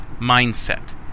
mindset